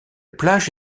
plage